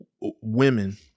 women